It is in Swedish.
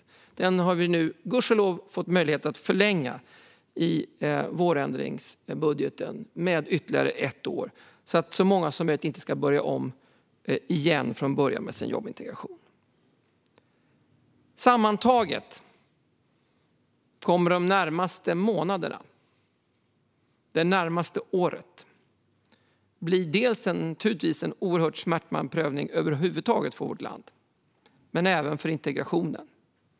I vårändringsbudgeten har vi gudskelov fått möjlighet att förlänga den med ett år så att så många som möjligt inte ska behöva börja om från början med sin jobbintegration. Sammantaget kommer de närmaste månaderna och det närmaste året att bli en oerhört smärtsam prövning både för vårt land och för integrationen.